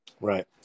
Right